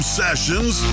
sessions